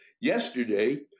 yesterday